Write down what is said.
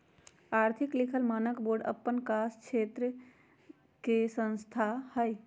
आर्थिक लिखल मानक बोर्ड अप्पन कास क्षेत्र के संस्था हइ